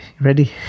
Ready